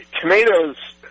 tomatoes